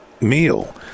meal